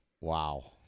Wow